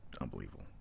unbelievable